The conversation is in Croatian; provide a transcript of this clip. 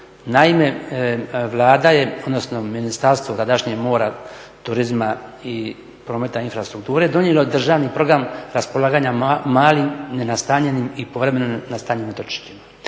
Naime, Vlada je, odnosno ministarstvo tadašnje mora, turizma i prometa i infrastrukture donijelo je državni program raspolaganja malim nenastanjenim i povremeno nastanjenim otočićima.